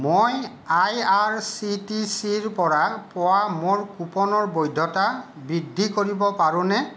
মই আইআৰচিটিচিৰ পৰা পোৱা মোৰ কুপনৰ বৈধতা বৃদ্ধি কৰিব পাৰোঁনে